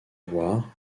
voir